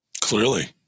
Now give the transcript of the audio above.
Clearly